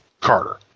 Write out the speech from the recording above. Carter